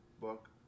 book